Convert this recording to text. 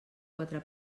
quatre